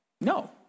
No